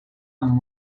amb